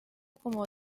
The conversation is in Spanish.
como